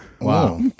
Wow